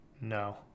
no